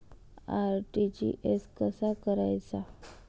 RTGS कसा करायचा?